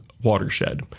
watershed